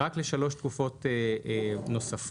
רק לשלוש תקופות נוספות.